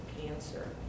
cancer